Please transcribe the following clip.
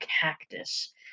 cactus